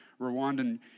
Rwandan